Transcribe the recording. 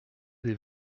des